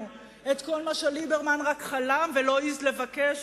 את כל מה שליברמן רק חלם ולא העז לבקש,